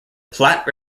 platte